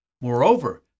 Moreover